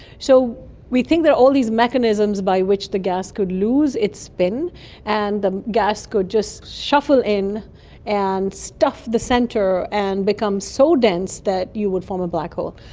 so we think there are all these mechanisms by which the gas could lose its spin and the gas could just shuffle in and stuff the centre and become so dense that you would form a black hole.